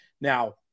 Now